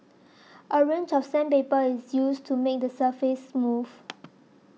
a range of sandpaper is used to make the surface smooth